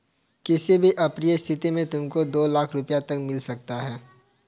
किसी भी अप्रिय स्थिति में तुमको दो लाख़ रूपया तक मिल सकता है